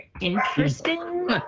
interesting